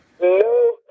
No